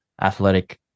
athletic